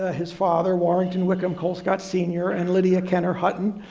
ah his father, warrington wickham colescott sr, and lydia kenner hutton.